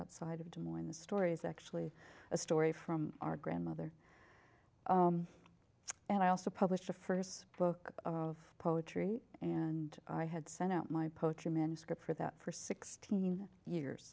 outside of des moines the story is actually a story from our grandmother and i also published a first book of poetry and i had sent out my poetry manuscript for that for sixteen years